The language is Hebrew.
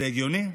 זה הגיוני?